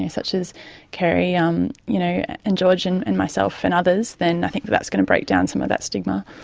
such as kerrie um you know and george and and myself and others, then i think that's going to break down some of that stigma.